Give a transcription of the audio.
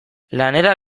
lanera